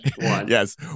Yes